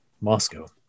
Moscow